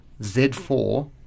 Z4